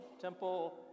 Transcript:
temple